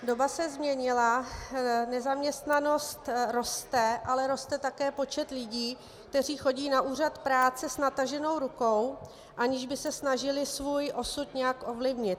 Doba se změnila, nezaměstnanost roste, ale roste také počet lidí, kteří chodí na úřad práce s nataženou rukou, aniž by se snažili svůj osud nějak ovlivnit.